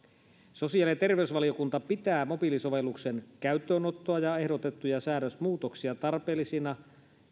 sosiaali ja terveysvaliokunta pitää mobiilisovelluksen käyttöönottoa ja ehdotettuja säädösmuutoksia tarpeellisina